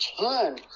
turn